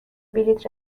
بلیط